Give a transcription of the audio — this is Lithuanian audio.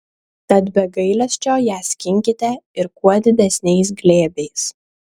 tad be gailesčio ją skinkite ir kuo didesniais glėbiais